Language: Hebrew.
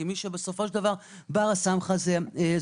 כי מי שבסופו של דבר בר הסמכה הוא הפיקוח.